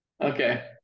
Okay